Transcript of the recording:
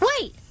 wait